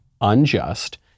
unjust